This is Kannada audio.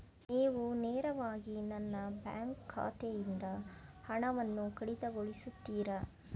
ನೀವು ನೇರವಾಗಿ ನನ್ನ ಬ್ಯಾಂಕ್ ಖಾತೆಯಿಂದ ಹಣವನ್ನು ಕಡಿತಗೊಳಿಸುತ್ತೀರಾ?